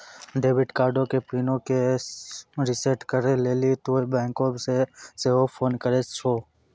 debit कार्डो के पिनो के रिसेट करै लेली तोंय बैंको मे सेहो फोन करे सकै छो